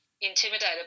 intimidated